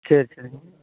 சரி சரிங்க